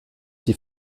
die